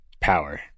power